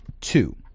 Two